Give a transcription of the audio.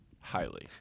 Highly